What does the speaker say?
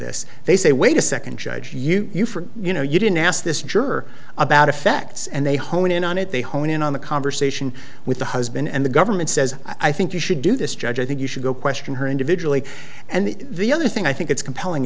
this they say wait a second judge you you for you know you didn't ask this juror about effects and they hone in on it they hone in on the conversation with the husband and the government says i think you should do this judge i think you should go question her individually and the other thing i think it's compelling